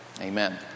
Amen